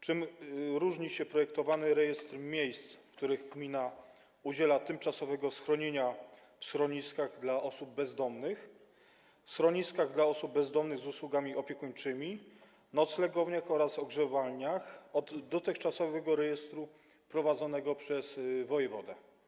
Czym różni się projektowany rejestr miejsc, w których gmina udziela tymczasowego schronienia w schroniskach dla osób bezdomnych, schroniskach dla osób bezdomnych z usługami opiekuńczymi, noclegowniach oraz ogrzewalniach, od dotychczasowego rejestru prowadzonego przez wojewodę?